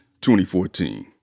2014